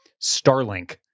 Starlink